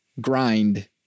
grind